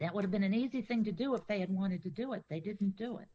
that would have been an easy thing to do if they had wanted to do it they didn't do it